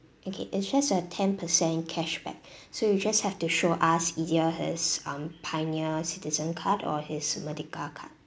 okay it's just a ten percent cashback so you just have to show us either his um pioneer citizen card or his merdeka card